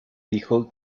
dijo